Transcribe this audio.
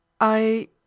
I